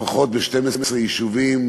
לפחות ב-12 יישובים,